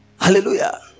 Hallelujah